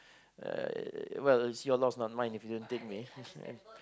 uh well it's your loss not mine if you didn't think me